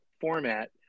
format